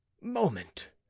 moment